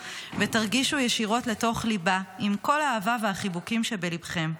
ותרגישו ישירות לתוך ליבה עם כל האהבה והחיבוקים שבליבכם.